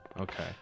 Okay